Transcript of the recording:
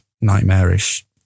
nightmarish